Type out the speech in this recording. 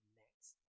next